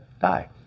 Die